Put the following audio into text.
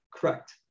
Correct